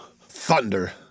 Thunder